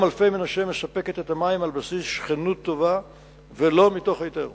דרכים, שבה היתה